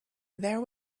there